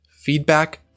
Feedback